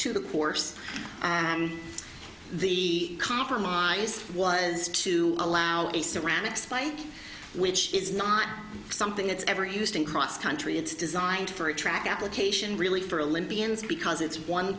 to the course and the compromise was to allow a ceramic spike which is not something that's ever used in cross country it's designed for a track application really for a libyans because it's one